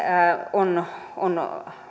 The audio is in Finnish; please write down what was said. on on